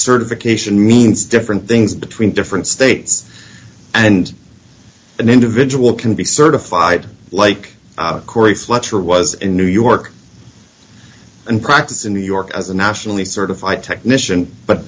certification means different things between different states and an individual can be certified like cory fletcher was in new york and practice in new york as a nationally certified technician but